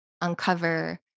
uncover